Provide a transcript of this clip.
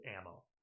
ammo